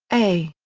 a.